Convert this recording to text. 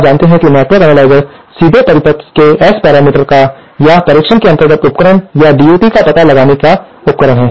जैसा कि आप जानते हैं कि नेटवर्क अनलयसेर सीधे परिपथ के एस पैरामीटर्स का या परीक्षण के अंतर्गत उपकरण या DUT का पता लगाने के लिए उपकरण हैं